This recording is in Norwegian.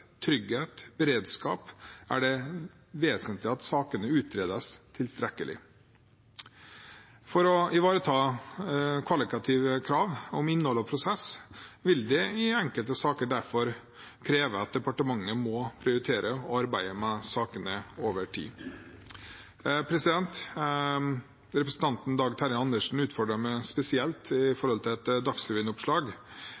trygghet og beredskap er det vesentlig at sakene utredes tilstrekkelig. For å ivareta kvalitative krav om innhold og prosess vil derfor enkelte saker kreve at departementet må prioritere å arbeide med sakene over tid. Representanten Dag Terje Andersen utfordret meg spesielt på et Dagsrevyen-oppslag angående lyd- og bildeopptak i